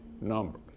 number